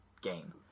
game